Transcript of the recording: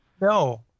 no